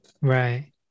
Right